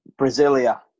Brasilia